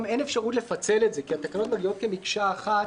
גם אין אפשרות לפצל את זה כי התקנות מגיעות כמקשה אחת